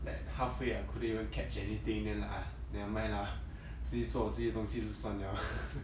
like halfway I couldn't even catch anything then like ah nevermind lah 自己做我自己的东西就算了